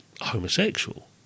Homosexual